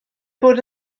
bod